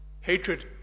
Hatred